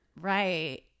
Right